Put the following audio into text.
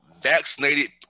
vaccinated